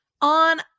On –